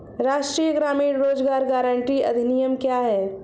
राष्ट्रीय ग्रामीण रोज़गार गारंटी अधिनियम क्या है?